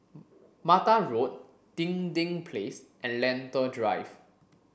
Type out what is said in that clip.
Mattar Road Dinding Place and Lentor Drive